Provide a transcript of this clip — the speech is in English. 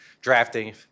drafting